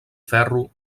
ferro